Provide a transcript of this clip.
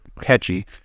catchy